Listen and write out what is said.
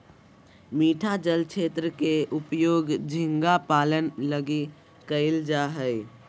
मीठा जल क्षेत्र के उपयोग झींगा पालन लगी कइल जा हइ